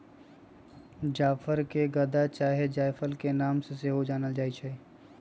जाफर के गदा चाहे जायफल के नाम से सेहो जानल जाइ छइ